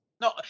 No